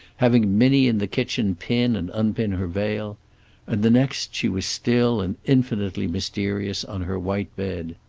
having minnie in the kitchen pin and unpin her veil and the next she was still and infinitely mysterious, on her white bed.